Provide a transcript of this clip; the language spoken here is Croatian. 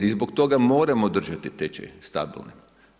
I zbog toga moramo držati tečaj stabilnim.